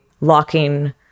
locking